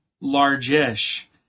large-ish